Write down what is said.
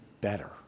better